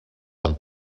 van